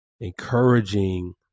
encouraging